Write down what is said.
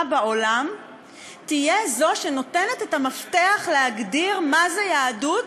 בעולם תהיה זו שנותנת את המפתח להגדיר מה זה יהדות,